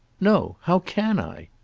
no. how can i?